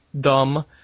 dumb